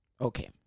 okay